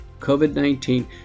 COVID-19